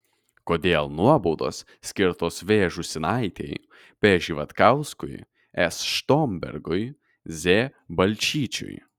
kodėl nuobaudos skirtos v žūsinaitei p živatkauskui s štombergui z balčyčiui